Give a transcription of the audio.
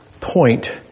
point